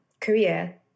career